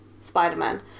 Spider-Man